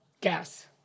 Gas